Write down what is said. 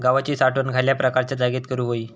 गव्हाची साठवण खयल्या प्रकारच्या जागेत करू होई?